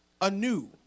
anew